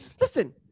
listen